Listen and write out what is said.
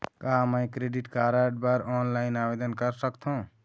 का मैं credit card बर ऑनलाइन आवेदन कर सकथों?